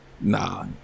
Nah